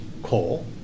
Coal